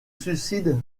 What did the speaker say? suicide